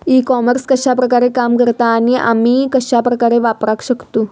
E commerce कश्या प्रकारे काम करता आणि आमी कश्या प्रकारे वापराक शकतू?